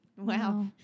Wow